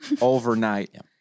overnight